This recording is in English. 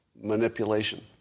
manipulation